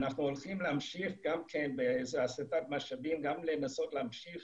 אנחנו הולכים להמשיך גם בהסטת משאבים ולנסות להמשיך